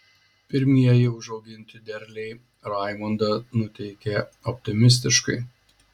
pirmieji užauginti derliai raimondą nuteikė optimistiškai